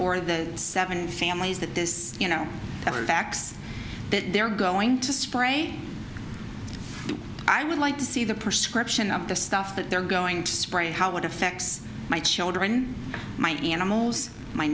or the seven families that this you know the facts that they're going to spray i would like to see the prescription of the stuff that they're going to spray how it effects my children my animals my